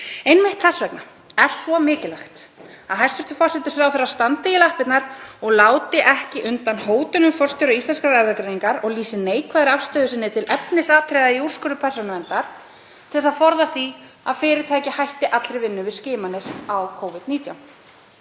Einmitt þess vegna er svo mikilvægt að hæstv. forsætisráðherra standi í lappirnar og láti ekki undan hótunum forstjóra Íslenskrar erfðagreiningar og lýsi neikvæðri afstöðu sinni til efnisatriða í úrskurði Persónuverndar til að forða því að fyrirtækið hætti allri vinnu við skimanir á Covid-19.